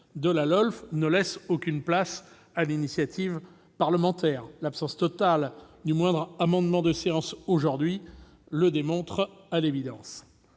la LOLF, ne laisse aucune place à l'initiative parlementaire. L'absence totale du moindre amendement de séance aujourd'hui le démontre à l'évidence.